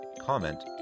comment